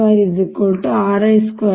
2πa ಆಗಿರುತ್ತದೆ ಅದು 1 ಆಗಿರುತ್ತದೆ ಎಂದು ಬರೆಯೋಣ